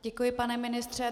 Děkuji, pane ministře.